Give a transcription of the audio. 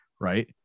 right